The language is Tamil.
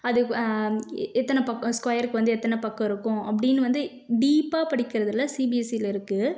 அது எ எத்தனை பக் ஸ்கொயருக்கு வந்து எத்தனை பக்கம் இருக்கும் அப்படின்னு வந்து டீப்பாக படிக்கிறதில் சிபிஎஸ்சியில இருக்குது